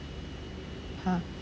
!huh!